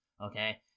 okay